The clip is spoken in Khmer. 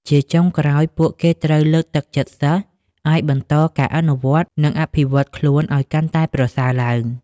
ជាចុងក្រោយ ពួកគេត្រូវ លើកទឹកចិត្តសិស្ស ឱ្យបន្តការអនុវត្ត និងអភិវឌ្ឍខ្លួនឱ្យកាន់តែប្រសើរឡើង។